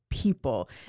people